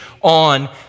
on